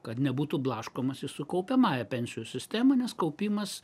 kad nebūtų blaškomasi su kaupiamąja pensijų sistema nes kaupimas